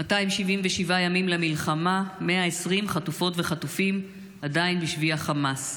277 ימים למלחמה ו-120 חטופות וחטופים עדיין בשבי החמאס.